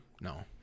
No